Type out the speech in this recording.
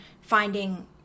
finding